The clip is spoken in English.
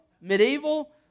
medieval